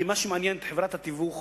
כי מה שמעניין את חברת התיווך